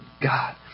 God